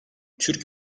türk